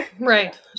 Right